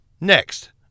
Next